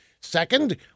Second